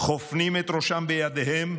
חופנים את ראשם בידיהם,